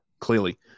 clearly